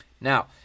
Now